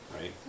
right